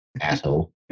asshole